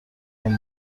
این